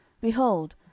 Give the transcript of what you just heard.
behold